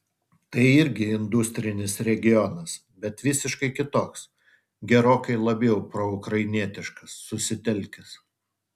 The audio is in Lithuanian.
tai irgi industrinis regionas bet visiškai kitoks gerokai labiau proukrainietiškas susitelkęs